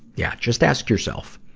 yeah, just ask yourself,